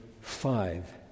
five